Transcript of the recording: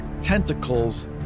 tentacles